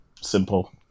Simple